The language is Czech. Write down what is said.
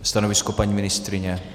Stanovisko paní ministryně?